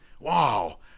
Wow